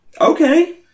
Okay